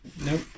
Nope